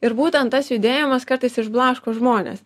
ir būtent tas judėjimas kartais išblaško žmones